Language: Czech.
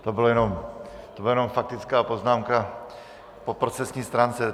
To byla jenom faktická poznámka po procesní stránce.